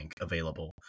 available